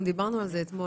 גם דיברנו על כך אתמול.